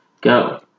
go